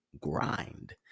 grind